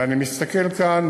ואני מסתכל כאן,